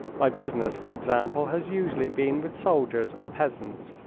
my business, for example, has usually been with soldiers and peasants,